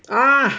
ah